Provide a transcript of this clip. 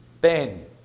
Ben